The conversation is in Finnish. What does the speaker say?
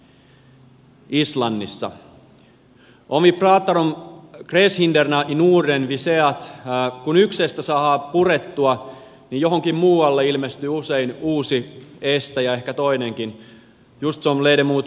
om vi pratar om gränshindren i norden ser vi att kun yksi näistä saadaan purettua niin johonkin muualle ilmestyy usein uusi este ja ehkä toinenkin just som ledamot modig sade